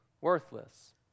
worthless